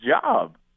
job